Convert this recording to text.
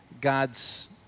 God's